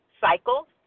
cycle